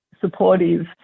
supportive